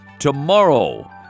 tomorrow